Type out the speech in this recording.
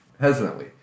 hesitantly